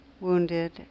wounded